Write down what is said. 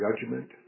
judgment